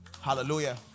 Hallelujah